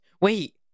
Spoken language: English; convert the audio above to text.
Wait